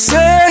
Say